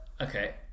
Okay